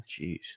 Jeez